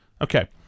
Okay